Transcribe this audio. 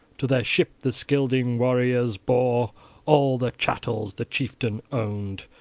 to their ship the scylding warriors bore all the chattels the chieftain owned,